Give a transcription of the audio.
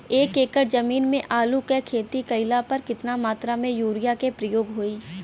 एक एकड़ जमीन में आलू क खेती कइला पर कितना मात्रा में यूरिया क प्रयोग होई?